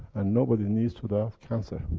and nobody needs to die of cancer.